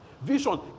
Vision